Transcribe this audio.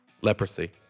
Leprosy